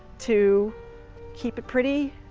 to keep it pretty.